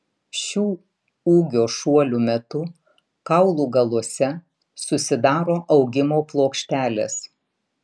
šių ūgio šuolių metu kaulų galuose susidaro augimo plokštelės